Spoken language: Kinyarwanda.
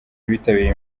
bitabiriye